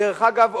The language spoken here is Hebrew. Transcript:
דרך אגב,